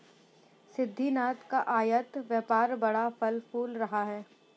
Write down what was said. सिद्धिनाथ का आयत व्यापार बड़ा फल फूल रहा है